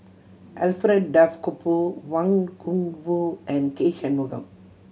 Alfred Duff Cooper Wang Gungwu and K Shanmugam